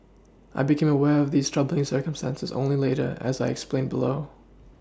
I became aware of these troubling circumstances only later as I explain below